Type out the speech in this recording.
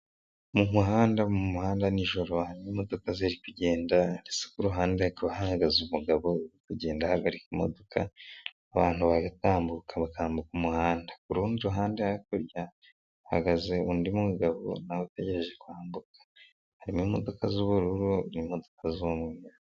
Mu muhanda mu muhanda n'ijoro, imodoka ziri kugenda ndetse kuhande hahagaze umugabo uri kugenda ahagarika imodoka abantu bagatambuka bakambuka umuhanda kurundi ruhande hakurya hahagaze undi mu mugabo nawe utegereje kwambuka ,hari imodoka z'ubururu n'imodoka z'umweru.